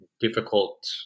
difficult